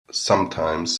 sometimes